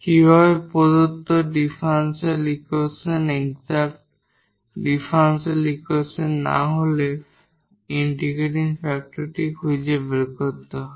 কিভাবে প্রদত্ত differential equation exact differential equation না হলে ইন্টিগ্রেটিং ফ্যাক্টর খুঁজে বের করতে হয়